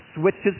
switches